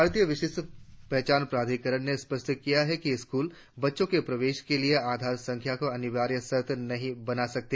भारतीय विशिष्ट पहचान प्राधिकरण ने स्पष्ट किया है कि स्कूल बच्चों के प्रवेश के लिए आधार संख्या को अनिवार्य शर्त नहीं बना सकते